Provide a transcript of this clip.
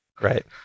right